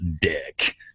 dick